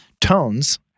tones